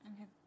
Okay